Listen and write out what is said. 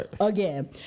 Again